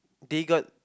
they got